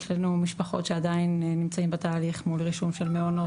יש לנו משפחות שעדיין נמצאים בתהליך מול רישום של מעונות,